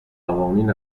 قوانین